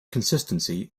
consistency